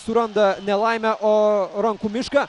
suranda ne laimę o rankų mišką